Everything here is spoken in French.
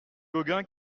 gauguin